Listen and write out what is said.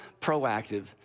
proactive